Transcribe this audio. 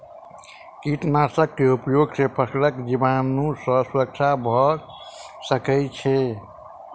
कीटनाशक के उपयोग से फसील के जीवाणु सॅ सुरक्षा भअ सकै छै